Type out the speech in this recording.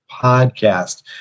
podcast